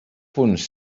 punts